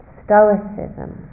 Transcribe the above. stoicism